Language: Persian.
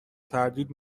تردید